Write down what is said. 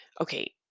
Okay